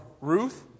Ruth